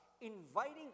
inviting